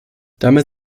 damit